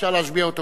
היום יום רביעי,